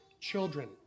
children